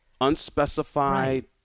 unspecified